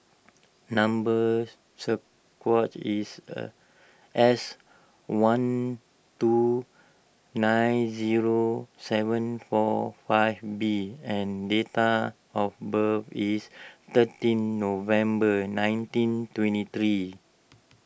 number is S one two nine zero seven four five B and data of birth is thirteen November nineteen twenty three